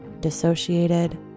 dissociated